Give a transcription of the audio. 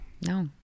no